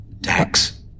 Dax